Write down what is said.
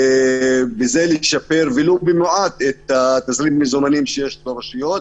ובזה לשפר ולו במעט את תזרים המזומנים שיש לרשויות.